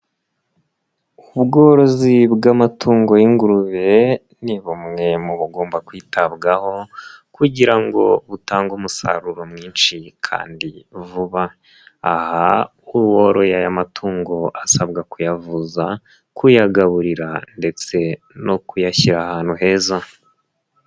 Ubworozi bw'amatungo y'ingurube ni bumwe mu bugomba kwitabwaho kugira ngo butange umusaruro mwinshi kandi vuba, aha uworoye aya matungo asabwa kuyavuza, kuyagaburira ndetse no kuyashyira ahantu heza.